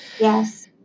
Yes